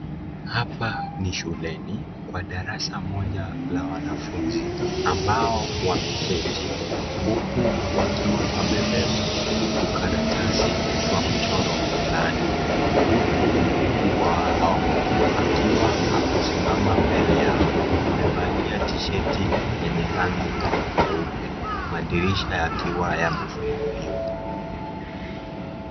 Hapa ni shuleni kwa darasa moja la wanafunzi ambao wameketi huku wakiwa wamebeba tukaratasi twa mchoro fulani. Huku mkubwa wao akiwa amesimama mbele yao, amevalia tisheti yenye rangi nyeupe. Madirisha yakiwa yamefunguliwa.